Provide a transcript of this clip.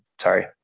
sorry